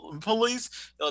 police